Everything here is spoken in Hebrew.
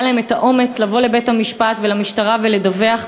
להם את האומץ לבוא לבית-המשפט ולמשטרה ולדווח.